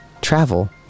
travel